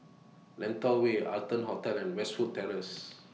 Lentor Way Arton Hotel and Westwood Terrace